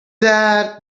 that